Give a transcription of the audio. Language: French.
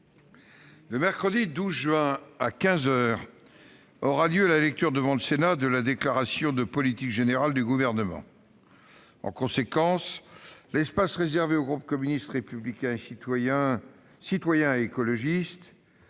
Le mercredi 12 juin, à quinze heures, aura lieu la lecture devant le Sénat de la déclaration de politique générale du Gouvernement. En conséquence, l'espace réservé au groupe communiste républicain citoyen et écologiste,